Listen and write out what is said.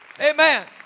amen